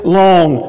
long